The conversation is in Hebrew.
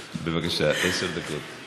בבקשה, עשר דקות.